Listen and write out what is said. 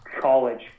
college